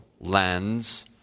lands